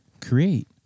create